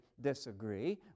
disagree